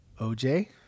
OJ